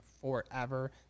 forever